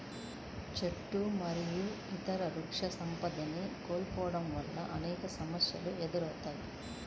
చెట్లు మరియు ఇతర వృక్షసంపదని కోల్పోవడం వల్ల అనేక సమస్యలు ఎదురవుతాయి